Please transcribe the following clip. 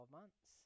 months